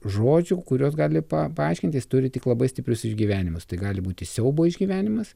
žodžių kuriuos gali pa paaiškinti turi tik labai stiprius išgyvenimus tai gali būti siaubo išgyvenimas